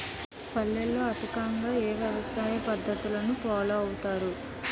పల్లెల్లో అధికంగా ఏ వ్యవసాయ పద్ధతులను ఫాలో అవతారు?